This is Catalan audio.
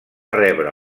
rebre